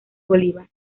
bolívar